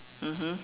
mmhmm